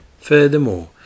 Furthermore